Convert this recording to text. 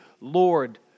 Lord